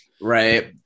Right